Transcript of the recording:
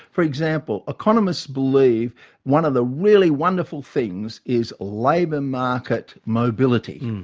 for example, economists believe one of the really wonderful things is labour market mobility.